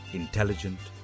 intelligent